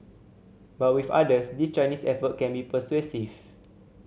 but with others these Chinese effort can be persuasive